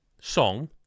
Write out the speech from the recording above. song